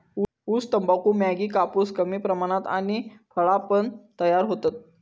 ऊस, तंबाखू, मॅगी, कापूस कमी प्रमाणात आणि फळा पण तयार होतत